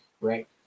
right